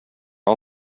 all